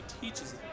teaches